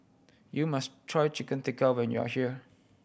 you must try Chicken Tikka when you are here